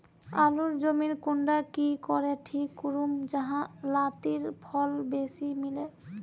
आलूर जमीन कुंडा की करे ठीक करूम जाहा लात्तिर फल बेसी मिले?